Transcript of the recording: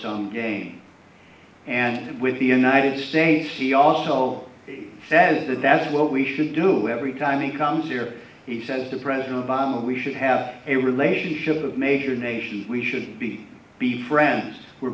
sum game and with the united states he also says that that's what we should do every time he comes here he says to president obama we should have a relationship of major nations we should be be friends we're